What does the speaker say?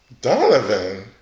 Donovan